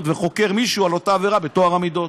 וחוקר מישהו על אותה עבירה על טוהר המידות.